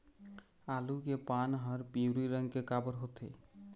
आलू के पान हर पिवरी रंग के काबर होथे?